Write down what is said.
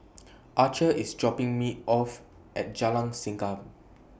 Archer IS dropping Me off At Jalan Segam